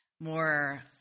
more